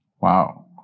Wow